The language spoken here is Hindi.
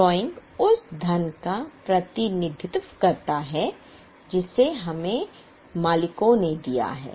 ड्रॉइंग उस धन का प्रतिनिधित्व करता है जिसे हमने मालिकको दिया है